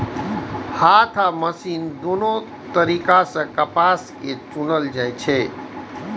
हाथ आ मशीन दुनू तरीका सं कपास कें चुनल जाइ छै